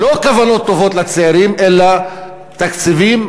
לא כוונות טובות לצעירים אלא תקציבים,